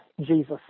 Jesus